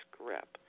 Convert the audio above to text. grip